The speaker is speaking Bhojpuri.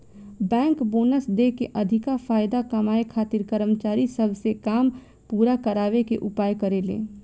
बैंक बोनस देके अधिका फायदा कमाए खातिर कर्मचारी सब से काम पूरा करावे के उपाय करेले